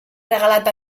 regalat